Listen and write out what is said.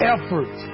Effort